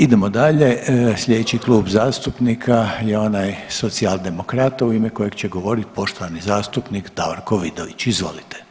Idemo dalje, slijedeći Klub zastupnika je onaj Socijaldemokrata u ime kojeg će govorit poštovani zastupnik Davorko Vidović, izvolite.